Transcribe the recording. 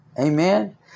Amen